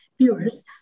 viewers